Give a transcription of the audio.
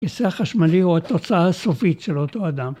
כיסא חשמלי הוא התוצאה הסופית של אותו אדם.